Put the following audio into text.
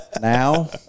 now